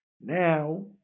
Now